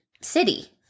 city